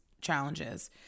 challenges